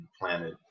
planted